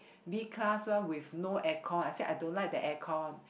B class one with no aircon I say I don't like the aircon